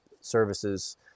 services